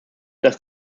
dass